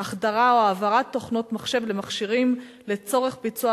החדרה או העברת תוכנות מחשב למכשירים לצורך ביצוע